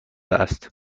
است